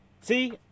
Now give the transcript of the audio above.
See